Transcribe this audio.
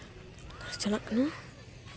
ᱪᱟᱞᱟᱜ ᱠᱟᱱᱟ